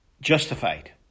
justified